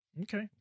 Okay